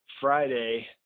Friday